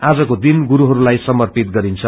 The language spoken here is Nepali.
आजको दिन गुरूहरूलाई समर्पित गरिन्छ